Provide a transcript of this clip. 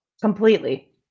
Completely